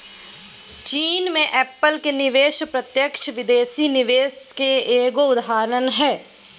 चीन मे एप्पल के निवेश प्रत्यक्ष विदेशी निवेश के एगो उदाहरण हय